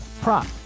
prop